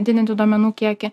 didinti duomenų kiekį